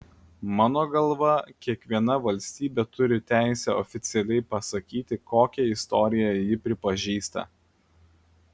mano galva kiekviena valstybė turi teisę oficialiai pasakyti kokią istoriją ji pripažįsta